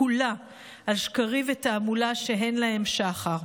כולן על שקרים ותעמולה שאין להם שחר.